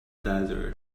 desert